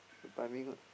the timing lah